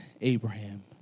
Abraham